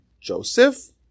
Joseph